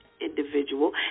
Individual